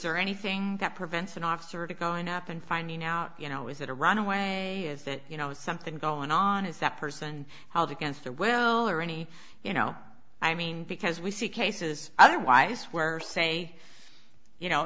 there anything that prevents an officer going up and finding out you know is it a runaway as that you know something's going on is that person held against their will or any you know i mean because we see cases otherwise where say you know